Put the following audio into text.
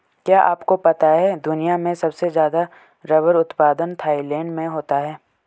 क्या आपको पता है दुनिया में सबसे ज़्यादा रबर उत्पादन थाईलैंड में होता है?